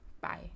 Bye